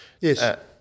Yes